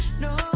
no